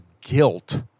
guilt